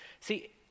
See